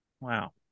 Wow